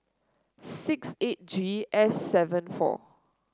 six eight G S seven four